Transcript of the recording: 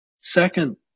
Second